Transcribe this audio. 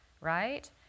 right